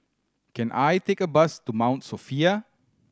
can I take a bus to Mount Sophia